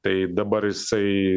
tai dabar jisai